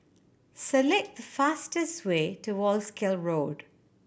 select the fastest way to Wolskel Road